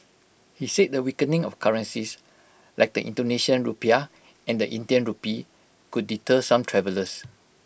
he said the weakening of currencies like the Indonesian Rupiah and Indian Rupee could deter some travellers